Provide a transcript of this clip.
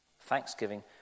Thanksgiving